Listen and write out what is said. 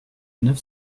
neuf